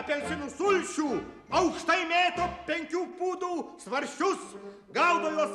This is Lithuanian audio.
apelsinų sulčių aukštai mėto penkių pūdų svarsčius gaudo juos